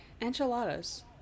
enchiladas